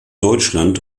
deutschland